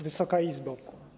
Wysoka Izbo!